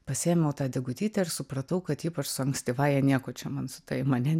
pasiėmiau tą degutytę ir supratau kad ypač su ankstyvąja nieko čia man su ta imanentine